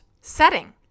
setting